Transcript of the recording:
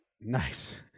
Nice